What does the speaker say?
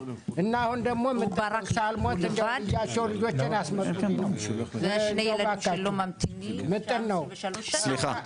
הוא ברח לבד ושני ילדים שלו ממתינים 23 שנים,